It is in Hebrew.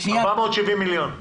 470 מיליון.